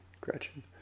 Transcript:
Gretchen